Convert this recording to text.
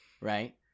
right